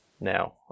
Now